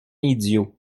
idiot